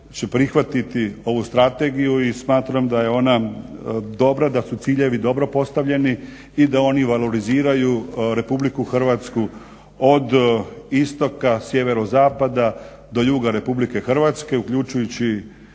prihvatiti ovu strategiju i smatram da je ona dobra da su ciljevi dobro postavljeni i da oni valoriziraju RH od istoka, sjeverozapada do juga RH uključujući